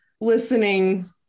listening